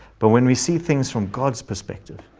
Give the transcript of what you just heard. but when we see things from god's perspective,